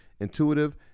intuitive